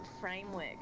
framework